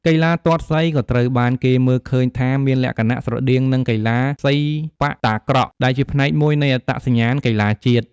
កីឡាទាត់សីក៏ត្រូវបានគេមើលឃើញថាមានលក្ខណៈស្រដៀង នឹងកីឡាសីប៉ាក់តាក្រក់ ដែលជាផ្នែកមួយនៃអត្តសញ្ញាណកីឡាជាតិ។